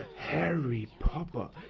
harry popper!